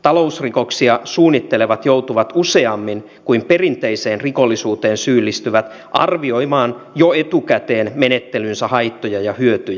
talousrikoksia suunnittelevat joutuvat useammin kuin perinteiseen rikollisuuteen syyllistyvät arvioimaan jo etukäteen menettelynsä haittoja ja hyötyjä